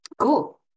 Cool